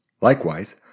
Likewise